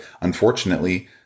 Unfortunately